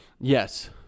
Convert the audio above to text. Yes